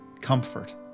comfort